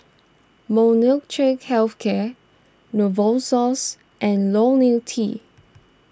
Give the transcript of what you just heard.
Molnylcke Health Care Novosource and Ionil T